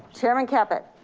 chairman caput?